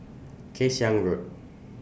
Kay Siang Road